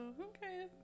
Okay